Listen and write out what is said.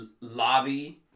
lobby